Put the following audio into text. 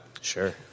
Sure